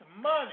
money